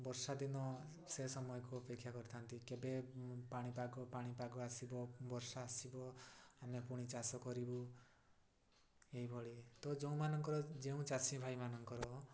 ବର୍ଷା ଦିନ ସେ ସମୟକୁ ଅପେକ୍ଷା କରିଥାନ୍ତି କେବେ ପାଣିପାଗ ପାଣିପାଗ ଆସିବ ବର୍ଷା ଆସିବ ଆମେ ପୁଣି ଚାଷ କରିବୁ ଏହିଭଳି ତ ଯେଉଁମାନଙ୍କର ଯେଉଁ ଚାଷୀ ଭାଇମାନଙ୍କର